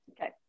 Okay